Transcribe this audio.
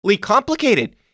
complicated